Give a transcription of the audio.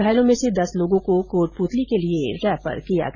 घायलों में से दस लोगों को कोटपूतली के लिए रैफर किया गया